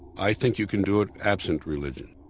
i think you can do it absent religion.